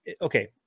okay